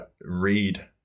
read